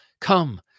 come